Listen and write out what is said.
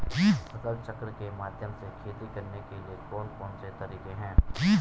फसल चक्र के माध्यम से खेती करने के लिए कौन कौन से तरीके हैं?